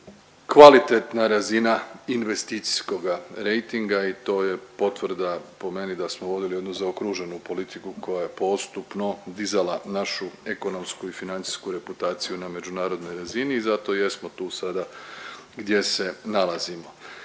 kvalitetna razina investicijskoga rejtinga i to je potvrda po meni da smo vodili jednu zaokruženu politiku koja je postupno dizala našu ekonomsku i financijsku reputaciju na međunarodnoj razini i zato jesmo tu sada gdje se nalazimo.